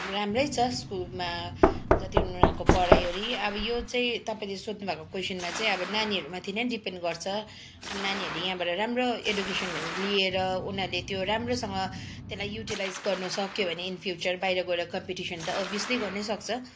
राम्रै छ स्कुलमा जति उनीहरूको पढाइहरू अब यो चाहिँ तपाईँले सोध्नुभएको क्वेसनमा चाहिँ अब नानीहरूमाथि नै डिपेन्ड गर्छ अनि नानीहरूले यहाँबाट राम्रो एडुकेसनहरू लिएर उनीहरूले त्यो राम्रोसँग त्यसलाई युटिलाइज गर्नसक्यो भने इन फ्युचर बाहिर गएर कम्पिटिसन त अभियसली गर्नैसक्छ